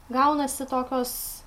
gaunasi tokios